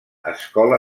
escola